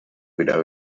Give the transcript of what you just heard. wieder